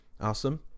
Awesome